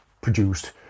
produced